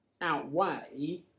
outweigh